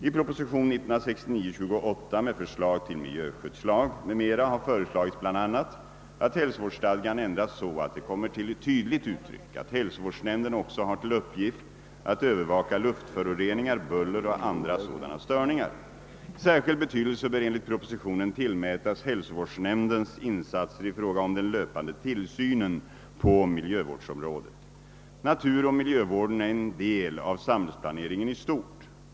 I proposition 1969:28 med förslag till miljöskyddslag m.m. har föreslagits bl.a. att hälsovårdsstadgan ändras så att det kommer till tydligt uttryck att hälsovårdsnämnden också har till uppgift att övervaka luftföroreningar, buller och andra sådana störningar. Särskild betydelse bör enligt propositionen tillmätas hälsovårdsnämndens insatser i fråga om den löpande tillsynen på miljövårdsområdet. Naturoch miljövården är en del av samhällsplaneringen i stort.